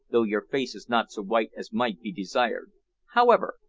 though your face is not so white as might be desired however,